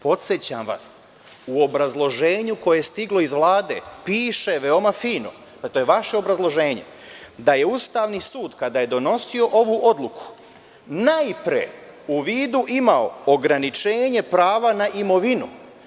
Podsećam vas, u obrazloženju koje stiglo od Vlade piše veoma fino, to je vaše obrazloženje, da je Ustavni sud, kada je donosio ovu odluku, najpre u vidu imao ograničenje prava na imovinu.